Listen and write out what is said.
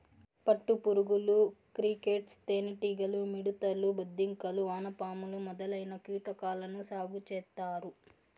పట్టు పురుగులు, క్రికేట్స్, తేనె టీగలు, మిడుతలు, బొద్దింకలు, వానపాములు మొదలైన కీటకాలను సాగు చేత్తారు